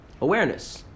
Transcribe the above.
awareness